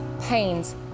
pains